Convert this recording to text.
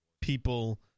people